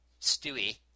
Stewie